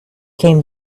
came